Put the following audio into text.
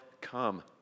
come